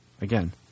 again